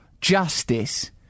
justice